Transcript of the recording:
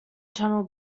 tunnel